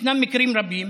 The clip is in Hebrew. ישנם מקרים רבים